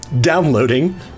Downloading